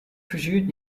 verzuurt